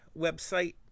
website